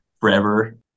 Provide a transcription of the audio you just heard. forever